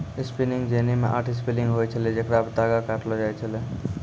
spinning jenny मे आठ spindle होय छलै जेकरा पे तागा काटलो जाय छलै